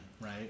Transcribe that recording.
right